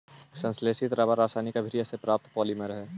संश्लेषित रबर रासायनिक अभिक्रिया से प्राप्त पॉलिमर हइ